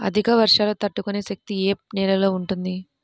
అధిక వర్షాలు తట్టుకునే శక్తి ఏ నేలలో ఉంటుంది?